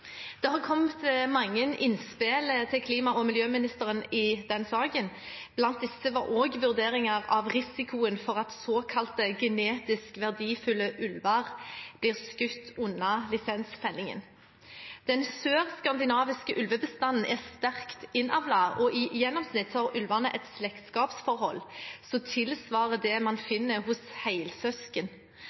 Det har kommet mange innspill til klima- og miljøministeren i den saken. Blant disse var også vurderinger av risikoen for at såkalte genetisk verdifulle ulver blir skutt under lisensfellingen. Den sør-skandinaviske ulvebestanden er sterkt innavlet, og i gjennomsnitt har ulvene et slektskapsforhold som tilsvarer det man finner hos